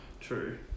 True